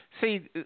See